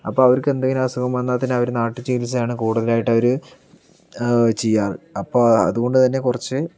അപ്പം അവർക്ക് എന്തെങ്കിലും അസുഖം വന്നാൽ തന്നെ അവർ നാട്ടു ചികിത്സയാണ് കൂടുതലായിട്ട് അവർ ചെയ്യാറ് അപ്പം അതുകൊണ്ടുതന്നെ കുറച്ച്